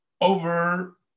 over